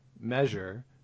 measure